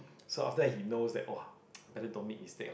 so after that he knows that !wah! better don't make mistake lah